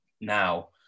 now